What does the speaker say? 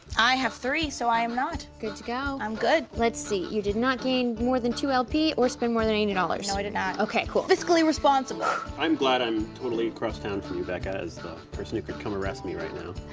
i have three, so i am not. good to go. i'm good. let's see. you did not gain more than two lp or spend more than eighty dollars. no i did not. okay, cool. fiscally responsible. ah i'm glad i'm totally across town from you, becca, as the person who could come arrest me right now. yeah,